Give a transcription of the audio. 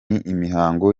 imihango